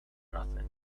nothing